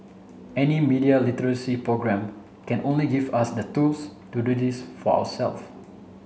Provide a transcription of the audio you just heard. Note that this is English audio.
any media literacy programme can only give us the tools to do this for ourselves